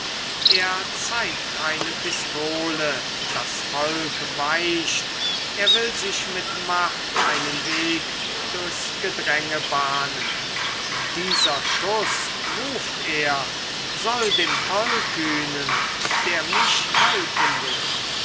er zeigt eine pistole das volk weicht er will sich mit macht einen weg durchs gedränge bahnen dieser schuß ruft er soll dem tollkühnen der mich halten will